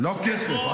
לא כסף.